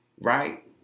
right